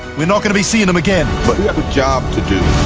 we're not gonna be seeing them again. but we have a job to do.